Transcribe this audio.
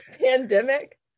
pandemic